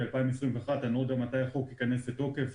2021. אני לא יודע מתי החוק ייכנס לתוקף.